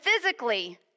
physically